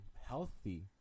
healthy